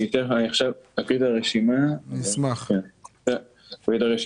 אני עכשיו אקריא את הרשימה של הגופים.